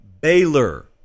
Baylor